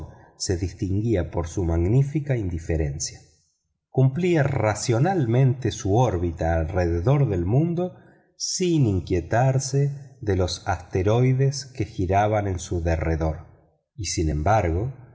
se distinguía por su magnífica indiferencia cumplía racionalmente su órbita alrededor del mundo sin inquietarse de los asteroides que giraban en su derredor y sin embargo